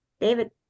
David